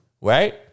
right